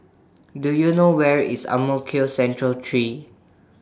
Do YOU know Where IS Ang Mo Kio Central three